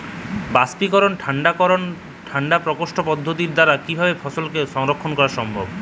বাষ্পীকরন ঠান্ডা করণ ঠান্ডা প্রকোষ্ঠ পদ্ধতির দ্বারা কিভাবে ফসলকে সংরক্ষণ করা সম্ভব?